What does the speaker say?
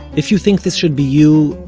if you think this should be you,